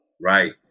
Right